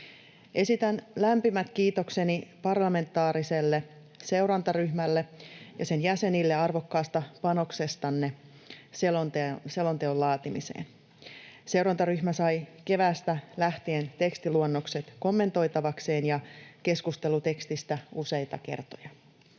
Esitän lämpimät kiitokseni parlamentaariselle seurantaryhmälle ja sen jäsenille arvokkaasta panoksestanne selonteon laatimiseen. Seurantaryhmä sai keväästä lähtien tekstiluonnokset kommentoitavakseen ja keskusteli tekstistä useita kertoja.